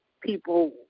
people